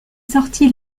sorti